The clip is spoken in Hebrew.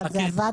אבל הפיילוט עבד?